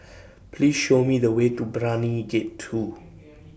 Please Show Me The Way to Brani Gate two